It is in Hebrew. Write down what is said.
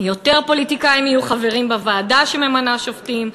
יותר פוליטיקאים יהיו חברים בוועדה שממנה שופטים,